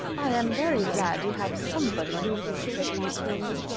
i am very glad you have somebody who thinks of these things.